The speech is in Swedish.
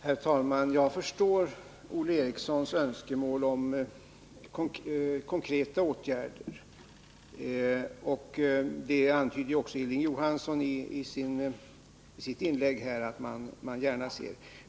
Herr talman! Jag förstår Olle Erikssons önskemål om konkreta åtgärder. Det antydde ju också Hilding Johansson i sitt inlägg här att man gärna ser.